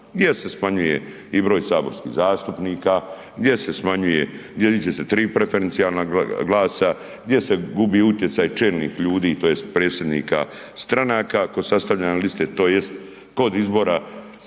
gdje se smanjuje i broj saborskih zastupnika, gdje se ide se tri preferencijalna glasa, gdje se gubi utjecaj čelnih ljudi tj. predsjednika stranaka tko sastavlja na listi, tj. kod izbora